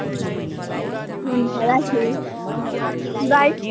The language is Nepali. हुन्छ राखेँ बाइ